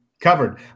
covered